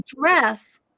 dress